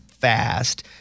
fast